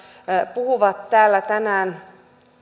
puhuvat täällä tänään